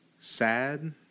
sad